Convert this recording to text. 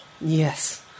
Yes